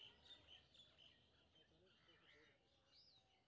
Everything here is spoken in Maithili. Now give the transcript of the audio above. हम आपन यू.पी.आई से हम ककरा ककरा पाय भेज सकै छीयै?